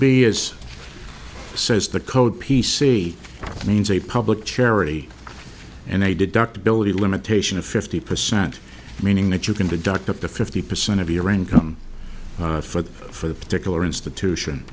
be as says the code p c means a public charity and they deduct ability limitation of fifty percent meaning that you can deduct up to fifty percent of your income for the for the particular institution